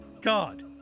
God